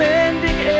Mending